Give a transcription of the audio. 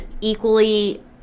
Equally